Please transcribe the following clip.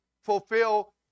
fulfill